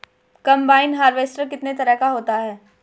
Combine harvester कितने तरह का होता है?